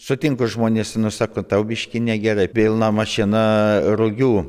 sutinku žmonės nu sako tau biškį negerai pilna mašina rugių